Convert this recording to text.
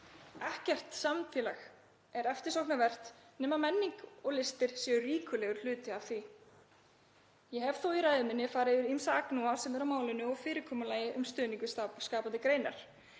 Ekkert samfélag er eftirsóknarvert nema menning og listir séu ríkulegur hluti af því. Ég hef þó í ræðu minni farið yfir ýmsa agnúa sem eru á málinu og fyrirkomulagi um stuðning við skapandi greinar.